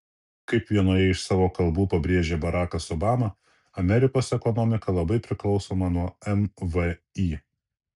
kaip vienoje iš savo kalbų pabrėžė barakas obama amerikos ekonomika labai priklausoma nuo mvį